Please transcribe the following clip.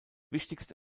wichtigste